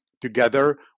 Together